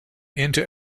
into